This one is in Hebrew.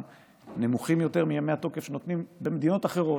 נמוך יותר מימי התוקף שנותנים במדינות אחרות.